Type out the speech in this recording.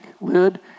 lid